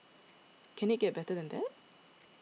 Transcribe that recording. can it get better than that